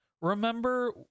remember